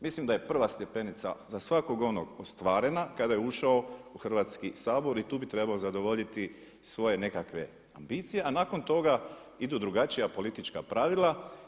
Mislim da je prva stepenica za svakog onog ostvarena kada je ušao u Hrvatski sabor i tu bi trebao zadovoljiti svoje nekakve ambicije a nakon toga idu drugačija politička pravila.